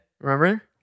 Remember